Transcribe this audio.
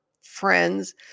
friends